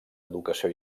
educació